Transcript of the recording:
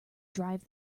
drive